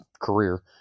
career